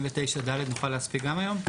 79ד נוכל להספיק גם היום?